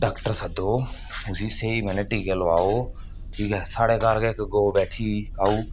doctor सद्धो उसी स्हेई माय़ने टीके लुआओ ठीक ऐ साढ़े घर गै इक गौ बैठी गेई काऊ